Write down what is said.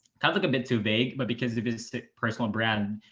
sounds like a bit too vague, but because of his personal brand,